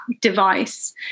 device